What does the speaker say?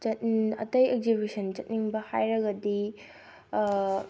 ꯑꯇꯩ ꯑꯦꯛꯖꯤꯕꯤꯁꯟ ꯆꯠꯅꯤꯡꯕ ꯍꯥꯏꯔꯒꯗꯤ